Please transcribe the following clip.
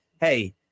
Hey